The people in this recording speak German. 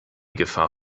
gefahr